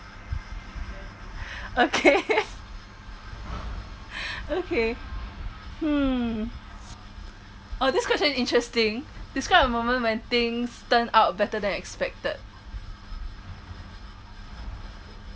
okay okay hmm oh this question interesting describe a moment when things turned out better than expected